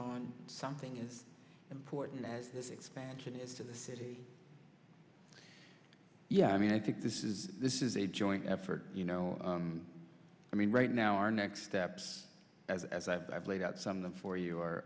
on something as important as this expansion is to the city yeah i mean i think this is this is a joint effort you know i mean right now our next steps as as i've laid out some of them for you